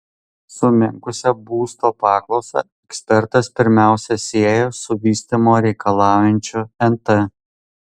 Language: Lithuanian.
sumenkusią būsto paklausą ekspertas pirmiausia sieja su vystymo reikalaujančiu nt